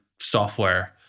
software